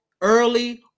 early